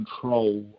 control